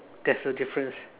there's a difference